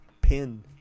pin